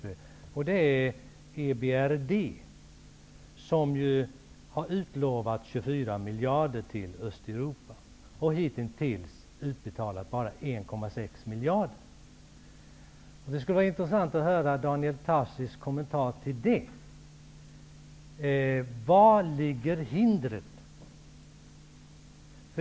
EBRD har ju utlovat 24 miljarder till Östeuropa men har hitintills utbetalat bara 1,6 miljarder. Det skulle vara intressant att höra Daniel Tarschys kommentar till det. Var ligger hindren?